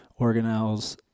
organelles